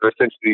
essentially